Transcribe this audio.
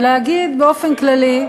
ולהגיד באופן כללי,